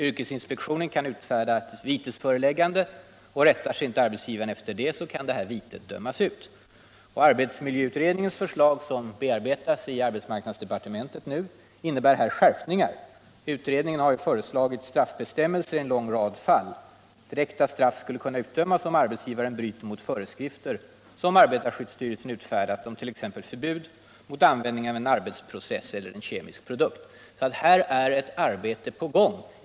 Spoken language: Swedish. Yrkesinspektionen kan vidare utfärda vitesföreläggande, och om arbetsgivaren inte rättar sig efter detta, kan vitet dömas ut. Arbetsmiljöutredningens förslag, som nu bearbetas i arbetsmarknadsdepartementet, innebär skärpningar. Utredningen har föreslagit straffbestämmelser i en lång rad fall. Direkta straff skulle kunna utdömas, om arbetsgivaren bryter mot föreskrifter som arbetarskyddsstyrelsen har utfärdat, t.ex. om förbud mot användning av en arbetsprocess eller en kemisk produkt. Det pågår alltså ett arbete på detta område.